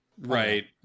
Right